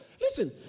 Listen